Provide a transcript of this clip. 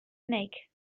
snake